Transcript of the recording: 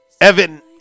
Evan